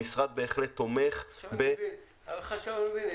המשרד בהחלט תומך --- עכשיו אני מבין,